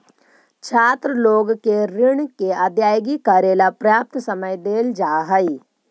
छात्र लोग के ऋण के अदायगी करेला पर्याप्त समय देल जा हई